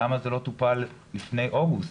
למה זה לא טופל לפני אוגוסט?